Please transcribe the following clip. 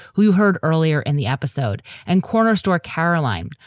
who heard earlier in the episode and corner store karoline,